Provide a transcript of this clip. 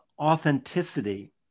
authenticity